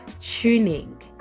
tuning